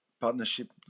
partnership